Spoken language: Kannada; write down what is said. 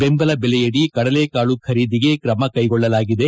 ಬೆಂಬಲ ಬೆಲೆ ಅಡಿ ಕಡಲೆಕಾಳು ಖರೀದಿಗೆ ಕ್ರಮ ಕೈಗೊಳ್ಳಲಾಗಿದೆ